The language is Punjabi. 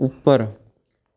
ਉੱਪਰ